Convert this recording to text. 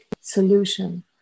solution